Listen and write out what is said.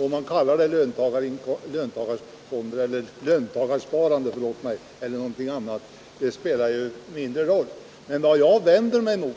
Om man kallar systemet för lönsparande eller något annat spelar mindre Värdesäkert lön sparande Värdesäkert lönsparande roll, men vad jag vänder mig mot